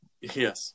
Yes